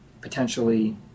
potentially